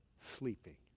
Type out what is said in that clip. sleeping